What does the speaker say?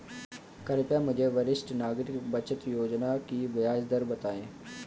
कृपया मुझे वरिष्ठ नागरिक बचत योजना की ब्याज दर बताएं